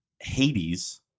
Hades